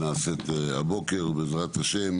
שנעשית הבוקר, בעזרת ה'